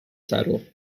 saddle